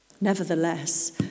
Nevertheless